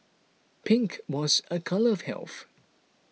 pink was a colour of health